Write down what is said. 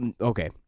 Okay